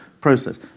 process